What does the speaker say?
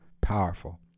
Powerful